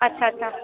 ਅੱਛਾ ਅੱਛਾ